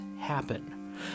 happen